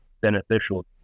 beneficial